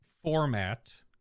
Format